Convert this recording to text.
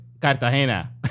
Cartagena